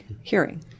hearing